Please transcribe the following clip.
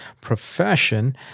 profession